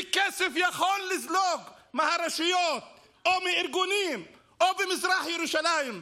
וכסף יכול לזלוג מהרשויות או מארגונים או במזרח ירושלים,